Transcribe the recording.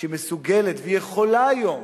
שהיא מסוגלת, והיא יכולה היום,